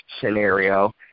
scenario